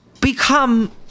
become